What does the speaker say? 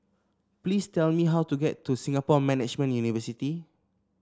please tell me how to get to Singapore Management University